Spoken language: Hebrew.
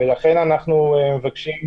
ולכן אנחנו חושבים